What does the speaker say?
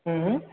हूँ